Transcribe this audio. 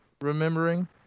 remembering